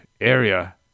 area